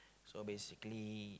so basically